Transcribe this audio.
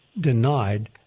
denied